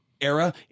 era